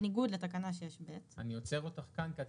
בניגוד לתקנה 6(ב); אני עוצר אותך כאן כי את